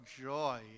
joy